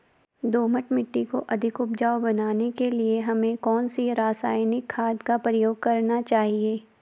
दोमट मिट्टी को अधिक उपजाऊ बनाने के लिए हमें कौन सी रासायनिक खाद का प्रयोग करना चाहिए?